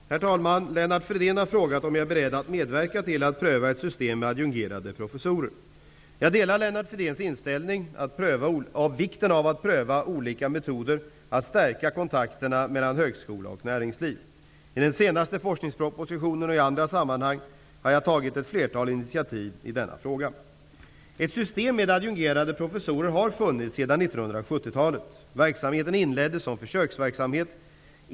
Herr talman! Lennart Fridén har frågat om jag är beredd att medverka till att pröva ett system med adjungerade professorer. Jag delar Lennart Fridéns inställning beträffande vikten av att pröva olika metoder att stärka kontakterna mellan högskola och näringsliv. I den senaste forskningspropositionen och i andra sammanhang har jag tagit ett flertal initiativ i denna fråga. Ett system med adjungerade professorer har funnits sedan 1970-talet. Verksamheten inleddes som försöksverksamhet.